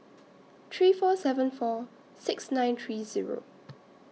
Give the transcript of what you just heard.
three four seven four six nine three Zero